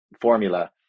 formula